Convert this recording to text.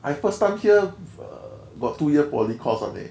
I first time hear err got two years poly course [one] leh